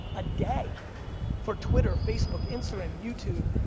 a day for twitter, facebook, instagram, youtube,